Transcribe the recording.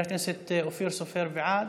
חבר הכנסת אופיר סופר, בעד,